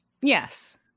Yes